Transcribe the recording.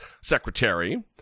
Secretary